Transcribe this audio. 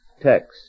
text